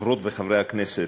חברות וחברי הכנסת,